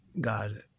God